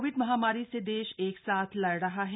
Covid महामारी से देश एक साथ लड़ रहा है